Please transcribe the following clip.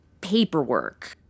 paperwork